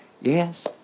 Yes